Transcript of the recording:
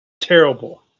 Terrible